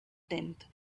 tenth